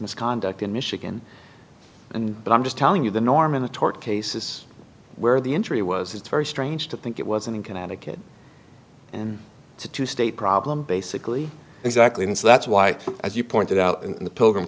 misconduct in michigan and but i'm just telling you the norm in the tort cases where the injury was it's very strange to think it was in connecticut and to two state problem basically exactly and so that's why as you pointed out in the p